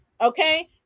Okay